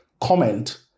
comment